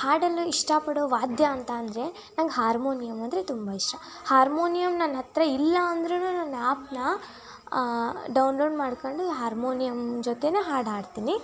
ಹಾಡಲ್ಲೂ ಇಷ್ಟ ಪಡೋ ವಾದ್ಯ ಅಂತ ಅಂದರೆ ನಂಗೆ ಹಾರ್ಮೋನಿಯಮ್ ಅಂದರೆ ತುಂಬ ಇಷ್ಟ ಹಾರ್ಮೋನಿಯಮ್ ನನ್ನ ಹತ್ತಿರ ಇಲ್ಲ ಅಂದರೂನು ನಾನು ಆ್ಯಪ್ನ ಡೌನ್ಲೋಡ್ ಮಾಡ್ಕೊಂಡು ಹಾರ್ಮೋನಿಯಮ್ ಜೊತೆನೇ ಹಾಡು ಹಾಡ್ತೀನಿ